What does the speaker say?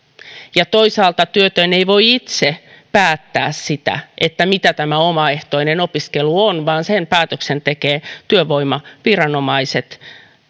ja toisaalta työtön ei voi itse päättää sitä mitä tämä omaehtoinen opiskelu on vaan sen päätöksen tekevät työvoimaviranomaiset